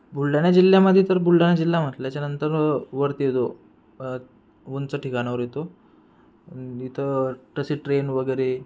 बुलढाणा जिल्ह्यामधे तर बुलढाणा जिल्हा म्हटल्याच्यानंतर वरती येतो उंच ठिकाणावर येतो इथं तसे ट्रेन वगैरे